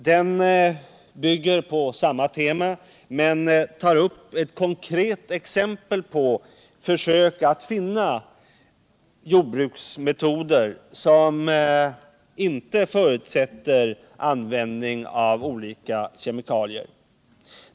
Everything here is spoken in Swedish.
Den bygger på samma tema men tar upp ett konkret exempel på försök att finna jordbruksmetoder som inte förutsätter användning av olika kemikalier.